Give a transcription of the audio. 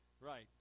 Right